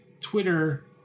Twitter